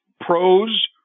pros